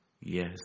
Yes